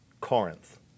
Corinth